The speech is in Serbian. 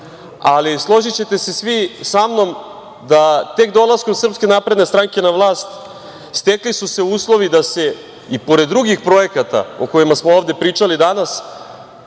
Ali složićete se svi sa mnom da tek dolaskom SNS na vlast stekli su se uslovi da se, i pored drugih projekata o kojima smo ovde pričali danas,